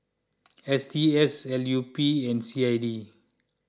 S T S L U P and C I D